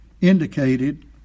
indicated